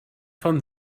von